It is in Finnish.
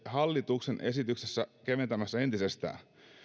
hallituksen esityksessä keventämässä entisestään